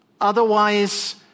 Otherwise